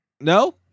No